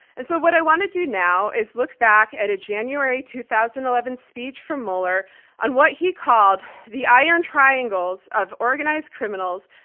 and so what i want to do now is look back at a january two thousand and eleven speech from mueller on what he called the iron triangles of organized criminals,